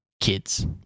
kids